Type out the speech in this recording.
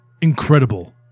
incredible